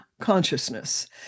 consciousness